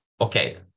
okay